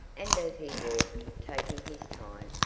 and as he walked, taking his time,